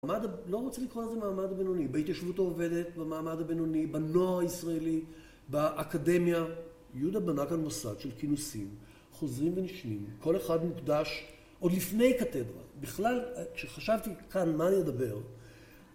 לא רוצה לקרוא לזה מעמד הבינוני. בהתיישבות העובדת, במעמד הבינוני, בנוער הישראלי, באקדמיה. יהודה בנה כאן מוסד של כינוסים, חוזרים ונשנים, כל אחד מוקדש עוד לפני קתדרה. בכלל, כשחשבתי כאן, מה אני אדבר?